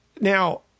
Now